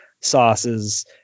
sauces